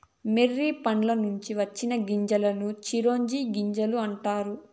మొర్రి పండ్ల నుంచి వచ్చిన గింజలను చిరోంజి గింజలు అంటారు